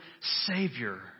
Savior